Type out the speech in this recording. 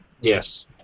Yes